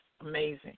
amazing